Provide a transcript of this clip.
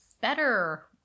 better